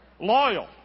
Loyal